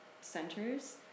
centers